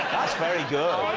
very good.